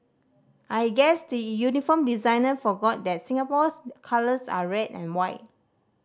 I guess the uniform designer forgot that Singapore's colors are red and white